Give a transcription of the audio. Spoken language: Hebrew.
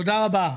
תודה רבה.